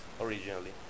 originally